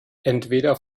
entweder